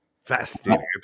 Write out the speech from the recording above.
Fascinating